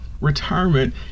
Retirement